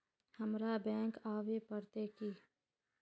हमरा बैंक आवे पड़ते की?